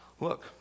Look